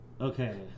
Okay